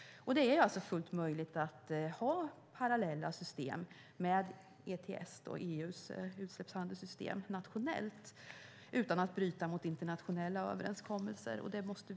Det är fullt möjligt att nationellt ha parallella system med ETS, EU:s utsläppshandelssystem, utan att bryta mot internationella överenskommelser.